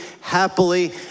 happily